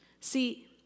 see